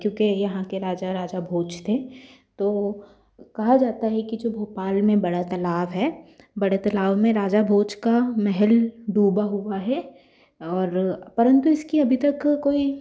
क्योंकि यहाँ के राजा राजा भोज थे तो कहा जाता है कि जो भोपाल में बड़ा तलाब है बड़ा तलाब में राजा भोज का महल डूबा हुआ है और परंतु इसकी अभी तक कोई